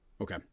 Okay